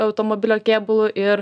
automobilio kėbulu ir